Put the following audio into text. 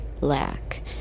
lack